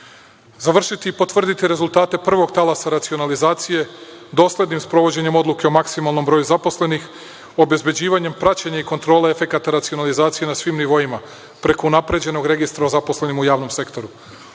menjamo. Završiti i potvrditi rezultate prvog talasa racionalizacije doslednim sprovođenjem odluka o maksimalnom broju zaposlenih obezbeđivanjem, praćenje i kontrole efekata racionalizacije na svim nivoima preko unapređenog registra o zaposlenima u javnom sektoru.